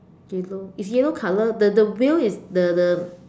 yellow it's yellow color the the wheel is the the